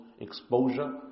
exposure